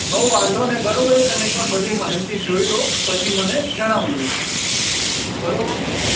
હોવ વાંધો નહીં બરાબર છે તમે એક વાર બધી માહિતી જોઈ લો પછી મને જણાવજો બરાબર